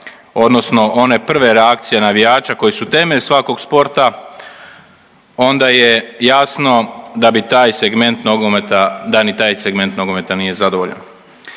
odnosno one prve reakcije navijača koji su temelj svakog sporta onda je jasno da bi taj segment nogometa, da ni taj segment nogometa nije zadovoljan.